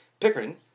Pickering